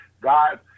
god